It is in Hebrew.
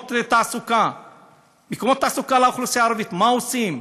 מקומות תעסוקה לאוכלוסייה הערבית, מה עושים?